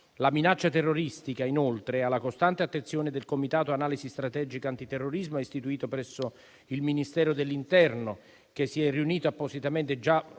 La minaccia terroristica, inoltre, è alla costante attenzione del Comitato analisi strategica antiterrorismo, istituito presso il Ministero dell'interno, che si è riunito appositamente,